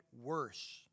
worse